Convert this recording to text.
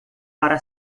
para